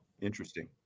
Interesting